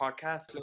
podcast